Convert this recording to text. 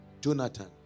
Jonathan